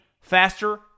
faster